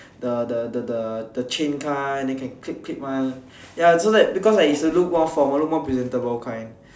the the the the the the chain kind then can click click one ya so that because is to look more formal look more presentable kind